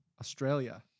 Australia